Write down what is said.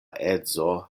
edzo